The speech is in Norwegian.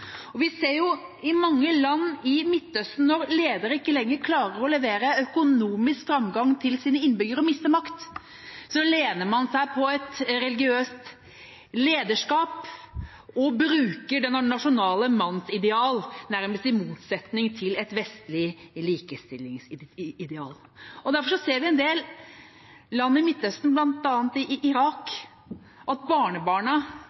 Vi ser i mange land i Midtøsten at når ledere ikke lenger klarer å levere økonomisk framgang til sine innbyggere og mister makt, lener man seg på et religiøst lederskap og bruker det nasjonale mannsideal nærmest i motsetning til et vestlig likestillingsideal. Derfor ser vi i en del land i Midtøsten, bl.a. i Irak, at barnebarna